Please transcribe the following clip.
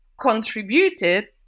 contributed